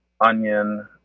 onion